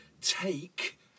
take